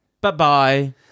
bye-bye